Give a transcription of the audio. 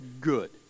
good